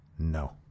No